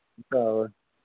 हुन्छ हवस्